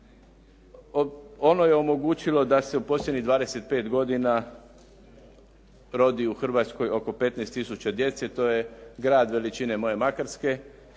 Ono je omogućilo da se u posljednjih 25 godina rodi u Hrvatskoj oko 15 tisuća djece. To je grad veličine moje Makarske,